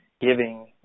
giving